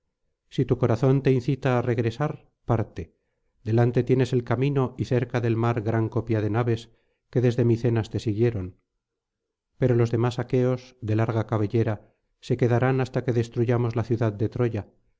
si tu corazón te incita á regresar parte delante tienes el camino y cerca del mar gran copia de naves que desde micenas te siguieron pero los demás aqueos de larga cabellera se quedarán hasta que destruyamos la ciudad de troya